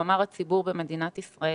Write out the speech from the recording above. הוא אמר הציבור במדינת ישראל.